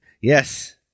Yes